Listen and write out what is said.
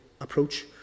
approach